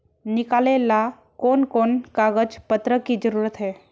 निकाले ला कोन कोन कागज पत्र की जरूरत है?